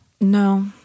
No